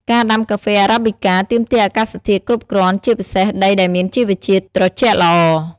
ការដាំកាហ្វេ Arabica ទាមទារអាកាសធាតុគ្រប់គ្រាន់ ជាពិសេសដីដែលមានជីវជាតិត្រជាក់ល្អ។